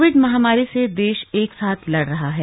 Covid महामारी से देश एकसाथ लड़ रहा है